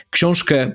Książkę